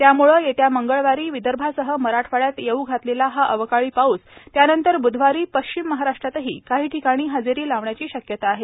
त्यामुळे येत्या मंगळवारी विदर्भासह मराठवाड्यात येऊ घातलेला हा अवकाळी पाऊस त्यानंतर बुधवारी पश्चिम महाराष्ट्रातही काही ठिकाणी हजेरी लावण्याची शक्यता आहे